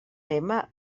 lema